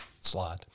slide